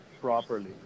properly